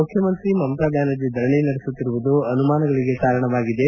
ಮುಖ್ಯಮಂತ್ರಿ ಮಮತಾ ಬ್ಲಾನರ್ಜಿ ಧರಣಿ ನಡೆಸುತ್ತಿರುವುದು ಅನುಮಾನಗಳಗೆ ಕಾರಣವಾಗಿದೆ